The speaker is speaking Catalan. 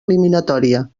eliminatòria